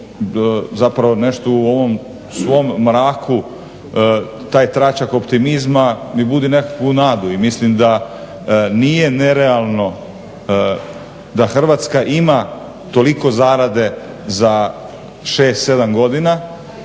zapravo nešto u ovom svom mraku, taj tračak optimizma mi budi nekakvu nadu i mislim da nije nerealno da Hrvatska ima toliko zarade za 6, 7 godina.